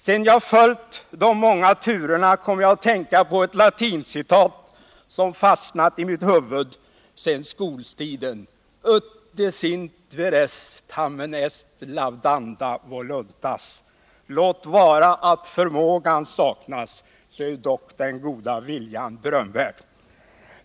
Sedan jag följt de många turerna kom jag att tänka på ett latincitat, som fastnat i mitt huvud från skoltiden: ”Ut desint vires, tamen est laudanda voluntas.” Det betyder: Låt vara att förmågan saknas, så är dock den goda viljan berömvärd.